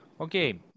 Okay